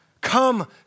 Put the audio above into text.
come